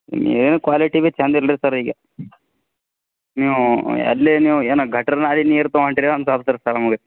ಏನು ಕ್ವಾಲಿಟಿ ಬಿ ಚೆಂದ ಇಲ್ರಿ ಸರ್ ಈಗ ನೀವು ಅಲ್ಲೇ ನೀವು ಏನು ಗಟ್ರುನಾಗೆ ನೀರು ತೊಗೊಳ್ತೀರ ಅಂತಿರ್ತದೆ ಸರ್ ನಮಗೆ